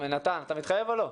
אתה מתחייב או לא?